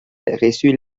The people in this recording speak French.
reçut